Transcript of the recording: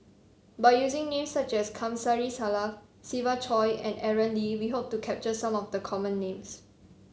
by using names such as Kamsari Salam Siva Choy and Aaron Lee we hope to capture some of the common names